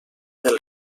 del